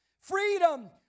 freedom